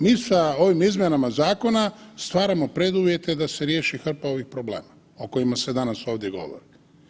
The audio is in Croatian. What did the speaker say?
Mi sa ovim izmjenama zakona stvaramo preduvjete da se riješi hrpa ovih problema o kojima se danas ovdje govori.